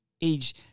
age